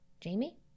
Jamie